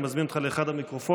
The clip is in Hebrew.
אני מזמין אותך לאחד המיקרופונים.